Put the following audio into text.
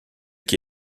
qui